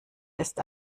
ist